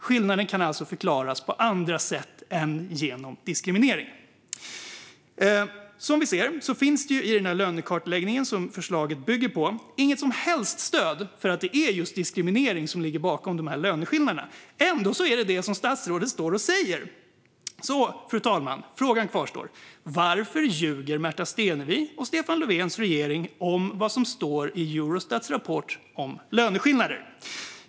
Skillnaden kan alltså förklaras på andra sätt än genom diskriminering. Som vi ser finns det i den lönekartläggning som förslaget bygger på inget som helst stöd för att det är just diskriminering som ligger bakom löneskillnaderna. Ändå är det detta som statsrådet står och säger. Frågan kvarstår därför, fru talman: Varför ljuger Märta Stenevi och Stefan Lövens regering om vad som står i Eurostats rapport om löneskillnader?